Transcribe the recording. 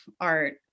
art